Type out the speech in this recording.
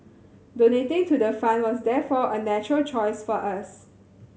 donating to the fund was therefore a natural choice for us